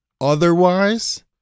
Otherwise